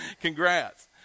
Congrats